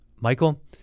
Michael